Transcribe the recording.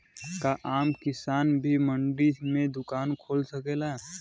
का आम किसान भी मंडी में दुकान खोल सकेला?